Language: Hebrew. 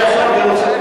גם הוצאה לפועל,